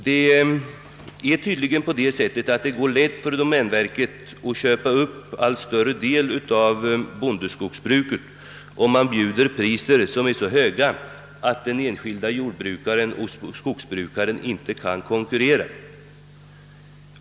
Det går tydligen lätt för domänverket att köpa upp allt större del av bondeskogsbruket, om man bjuder priser som är så höga, att. den enskilde jordoch skogsbrukaren inte kan konkurrera.